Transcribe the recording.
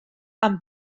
amb